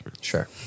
Sure